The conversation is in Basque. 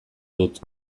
dut